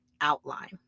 outline